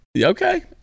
okay